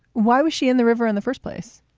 why was she in the river in the first place?